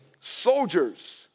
soldiers